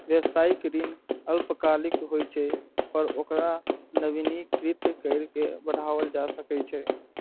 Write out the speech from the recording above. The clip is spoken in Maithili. व्यावसायिक ऋण अल्पकालिक होइ छै, पर ओकरा नवीनीकृत कैर के बढ़ाओल जा सकै छै